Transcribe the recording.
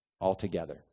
altogether